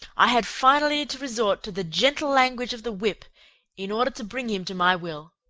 i had finally to resort to the gentle language of the whip in order to bring him to my will.